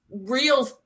real